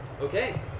Okay